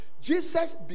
Jesus